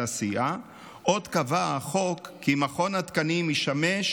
במסגרת חוק ההסדרים,